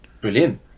Brilliant